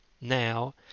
now